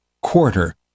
quarter